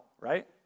right